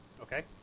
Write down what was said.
okay